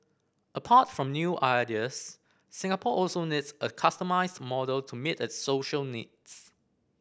apart from new ideas Singapore also needs a customised model to meet its social needs